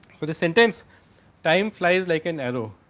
but sentence time flies like an arrow.